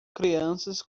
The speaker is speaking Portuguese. crianças